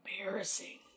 embarrassing